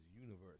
universe